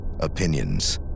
opinions